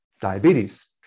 diabetes